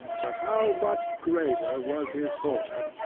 but how much greater was his horror,